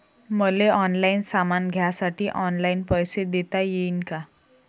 मले ऑनलाईन सामान घ्यासाठी ऑनलाईन पैसे देता येईन का?